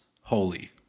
holy